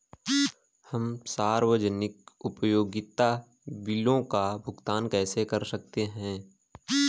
हम सार्वजनिक उपयोगिता बिलों का भुगतान कैसे कर सकते हैं?